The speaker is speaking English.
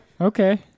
Okay